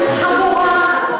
אנחנו נדבר ונסגור את זה בקואליציה.